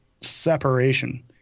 separation